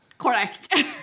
Correct